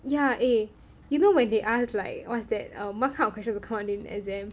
yeah eh you know when they ask like what's that ah what kind of question will come out during the exam